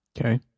Okay